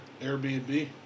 Airbnb